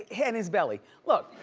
and his belly, look.